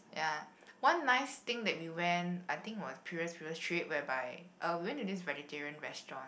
ya one nice thing that we went I think was previous previous trip whereby uh we went to this vegetarian restaurant